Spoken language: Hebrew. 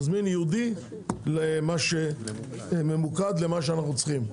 נזמין ייעודי וממוקד למה שאנחנו צריכים.